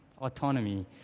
autonomy